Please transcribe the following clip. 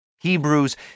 Hebrews